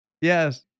Yes